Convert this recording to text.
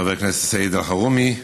חבר הכנסת סעיד אלחרומי,